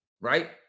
right